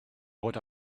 what